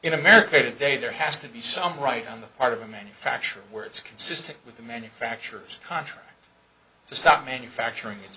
in america today there has to be some right on the part of the manufacturer where it's consistent with the manufacturer's contract to stop manufacturing